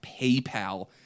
PayPal